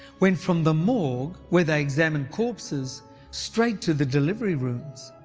went from the morgue where they examined corpses straight to the delivery rooms.